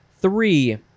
Three